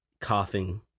coughing